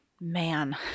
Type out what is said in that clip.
man